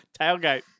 Tailgate